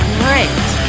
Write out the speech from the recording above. great